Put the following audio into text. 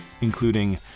including